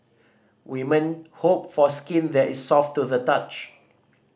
women hope for skin that is soft to the touch